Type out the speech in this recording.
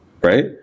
right